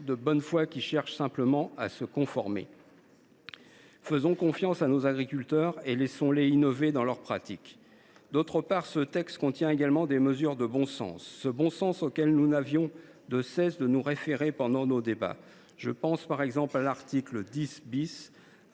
de bonne foi cherchant simplement à s’y conformer. Faisons confiance à nos agriculteurs et laissons les innover dans leurs pratiques ! Par ailleurs, ce texte contient également des mesures de bon sens, ce bon sens auquel nous n’avions de cesse de nous référer pendant nos débats. Je pense par exemple à l’article 10 A,